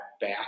back